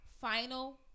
final